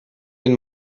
den